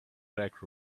back